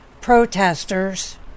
protesters